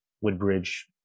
Woodbridge